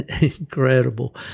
incredible